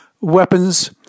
weapons